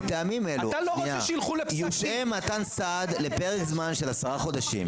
מטעמים אלה יושהה מתן סעד לפרק זמן של עשרה חודשים